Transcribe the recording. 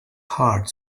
heart